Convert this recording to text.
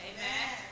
Amen